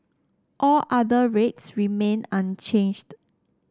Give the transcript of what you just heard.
all other rates remain unchanged